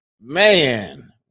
Man